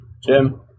Jim